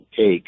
take